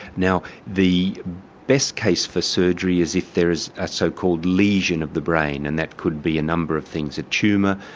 now the best case for surgery is if there is a so-called lesion of the brain and that could be a number of things a tumour,